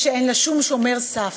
שאין לה שום שומר סף,